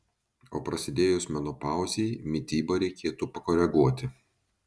o prasidėjus menopauzei mitybą reikėtų pakoreguoti